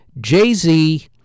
Jay-Z